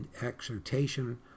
exhortation